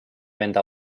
enda